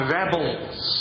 rebels